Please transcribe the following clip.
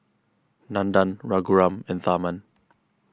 Nandan Raghuram and Tharman